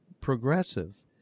progressive